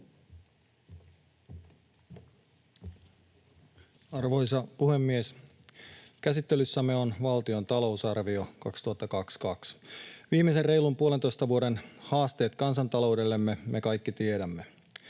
Arvoisa puhemies! Käsittelyssämme on valtion talousarvio 2022. Viimeisen reilun puolentoista vuoden haasteet kansantaloudellemme me kaikki tiedämme.